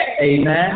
Amen